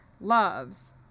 loves